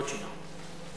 עוד שאלה.